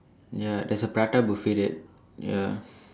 ya there's a prata buffet that ya